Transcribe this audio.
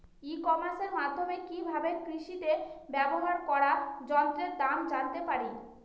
ই কমার্সের মাধ্যমে কি ভাবে কৃষিতে ব্যবহার করা যন্ত্রের দাম জানতে পারি?